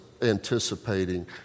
anticipating